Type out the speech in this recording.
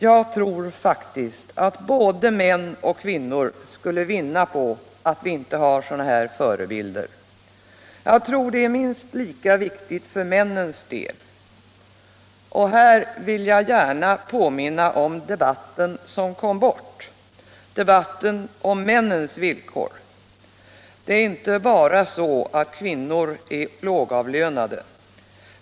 Jag tror faktiskt att både män och kvinnor skulle vinna på att vi inte har sådana förebilder. Det är minst lika viktigt för männens del. Och här vill jag gärna påminna om debatten som kom bort, debatten om männens villkor. Det är inte bara så att kvinnor är lågavlönade.